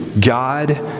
God